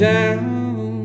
down